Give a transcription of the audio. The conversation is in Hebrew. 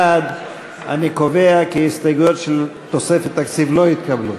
61. אני קובע כי ההסתייגויות של תוספת תקציב לא התקבלו.